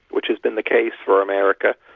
which has been the case for america,